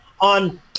on